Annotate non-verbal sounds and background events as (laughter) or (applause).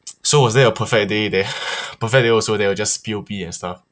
so was there a perfect day that (noise) perfect day also they were just P_O_P and stuff